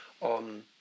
on